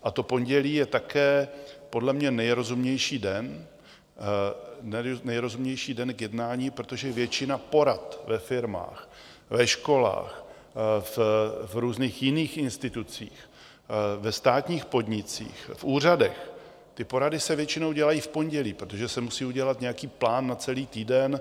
A to pondělí je podle mě také nejrozumnější den, nejrozumnější den k jednání, protože většina porad ve firmách, ve školách, v různých jiných institucích, ve státních podnicích, v úřadech, ty porady se většinou dělají v pondělí, protože se musí udělat nějaký plán na celý týden.